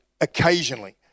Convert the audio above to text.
occasionally